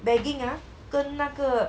bagging ah 跟那个